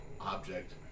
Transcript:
object